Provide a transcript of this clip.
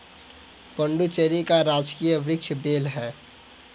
पुडुचेरी का राजकीय वृक्ष बेल है